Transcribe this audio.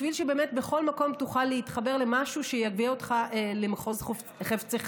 בשביל שבאמת בכל מקום תוכל להתחבר למשהו שיביא אותך למחוז חפצך.